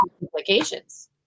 implications